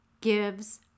gives